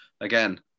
again